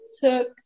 took